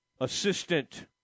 assistant